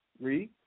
Read